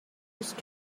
used